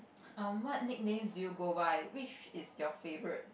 um what nicknames do you go by which is your favorite